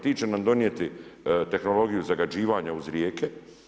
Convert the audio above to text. Ti će nam donijeti tehnologiju zagađivanja uz rijeke.